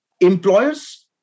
employers